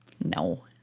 No